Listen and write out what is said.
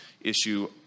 issue